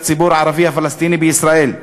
לציבור הערבי-פלסטיני בישראל.